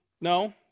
No